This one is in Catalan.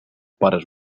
pares